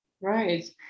Right